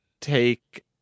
take